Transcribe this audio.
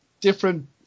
different